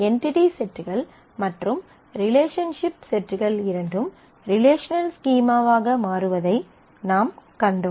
entity செட்கள் மற்றும் relationship செட்கள் இரண்டும் ரிலேஷனல் ஸ்கீமாவாக மாறுவதை நாம் கண்டோம்